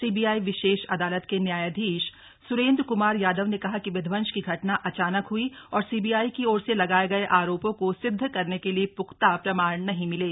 CBI विशेष अदालत के न्यायाधीश सुरेन्द्र कुमार यादव ने कहा कि विध्वंस की घटना अचानक हई और सीबीआई की ओर से लगाए गए आरोपों को सिद्ध करने के लिए प्ख्ता प्रमाण नहीं मिले